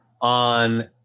on